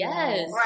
Yes